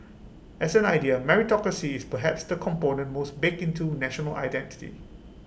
as an idea meritocracy is perhaps the component most baked into national identity